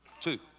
Two